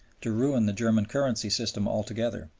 to ruin the german currency system altogether,